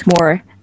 more